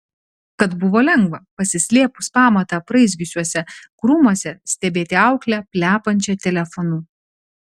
kad buvo lengva pasislėpus pamatą apraizgiusiuose krūmuose stebėti auklę plepančią telefonu